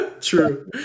true